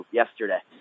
yesterday